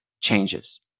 changes